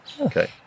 Okay